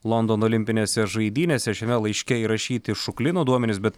londono olimpinėse žaidynėse šiame laiške įrašyti šuklino duomenys bet